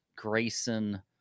Grayson